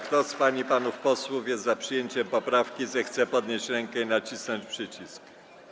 Kto z pań i panów posłów jest za przyjęciem poprawki, zechce podnieść rękę i nacisnąć przycisk.